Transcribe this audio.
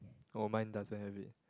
oh mine doesn't have it